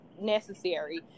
necessary